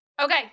okay